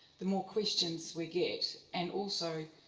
the more questions we get. and also,